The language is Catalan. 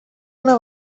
una